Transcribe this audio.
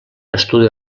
estudi